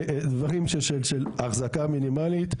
דברים של אחזקה מינימלית,